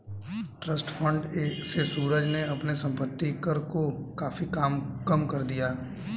trust fund से सूरज ने अपने संपत्ति कर को काफी कम कर दिया